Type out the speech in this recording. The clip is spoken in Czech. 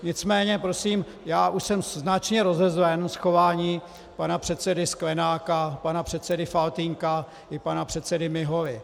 Nicméně prosím, já už jsem značně rozezlen z chování pana předsedy Sklenáka, pana předsedy Faltýnka i pana předsedy Miholy.